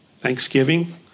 Thanksgiving